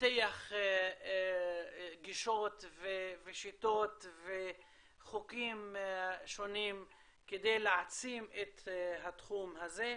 תפתח גישות ושיטות וחוקים שונים כדי להעצים את התחום הזה.